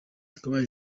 akabaye